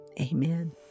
amen